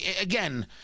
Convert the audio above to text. Again